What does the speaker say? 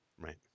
Right